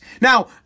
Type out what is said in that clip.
Now